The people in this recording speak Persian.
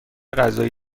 غذایی